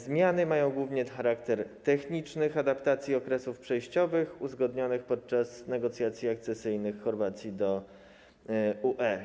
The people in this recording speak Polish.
Zmiany mają głównie charakter techniczny, chodzi o adaptację okresów przejściowych uzgodnionych podczas negocjacji akcesyjnych Chorwacji do UE.